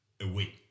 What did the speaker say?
away